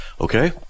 Okay